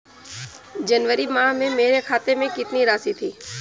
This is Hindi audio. जनवरी माह में मेरे खाते में कितनी राशि थी?